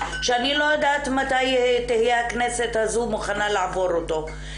שאני לא יודעת מתי תהיה הכנסת הזאת מוכנה לעבור אותו.